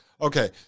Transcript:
Okay